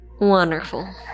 Wonderful